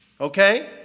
Okay